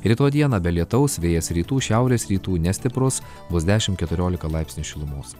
rytoj dieną be lietaus vėjas rytų šiaurės rytų nestiprus bus dešimt keturiolika laipsnių šilumos